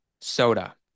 soda